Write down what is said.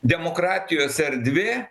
demokratijos erdvė